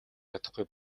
чадахгүй